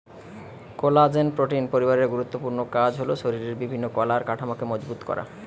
collagen protein পরিবারের গুরুত্বপূর্ণ কাজ হল শরিরের বিভিন্ন কলার কাঠামোকে মজবুত করা